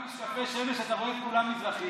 רק עם משקפי שמש אתה רואה את כולם מזרחים.